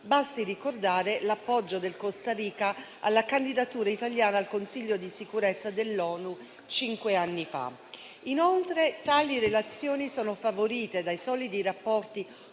Basti ricordare l'appoggio della Costa Rica alla candidatura italiana al consiglio di sicurezza dell'ONU, cinque anni fa. Inoltre, tali relazioni sono favorite dai solidi rapporti